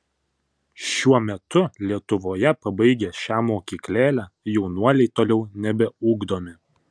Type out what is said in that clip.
šiuo metu lietuvoje pabaigę šią mokyklėlę jaunuoliai toliau nebeugdomi